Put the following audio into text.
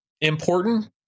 important